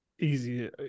easy